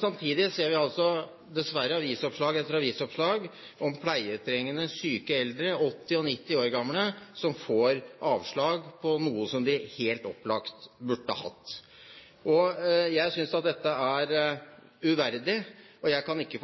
Samtidig ser vi dessverre avisoppslag etter avisoppslag om pleietrengende, syke eldre – 80 og 90 år gamle – som får avslag på noe de helt opplagt burde hatt. Jeg synes at dette er uverdig, og jeg kan ikke